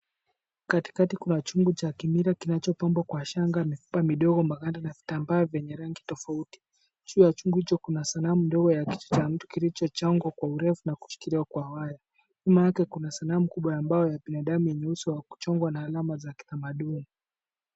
Katikati kuna chungu cha kimila kinachopambwa kwa shanga, mifupa midogo, maganda na vitambaa vyenye rangi tofauti. Juu ya chungu hicho kuna sanamu ndogo ya kichwa cha mtu kilichochongwa kwa urefu na kushikiliwa kwa waya. Nyuma yake kuna sanamu kubwa ya mbao ya binadamu yenye uso wa kuchongwa na alama za kitamaduni.